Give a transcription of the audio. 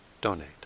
donate